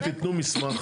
אז אתם תתנו מסמך.